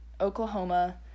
Oklahoma